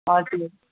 हजुर